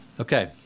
Okay